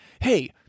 hey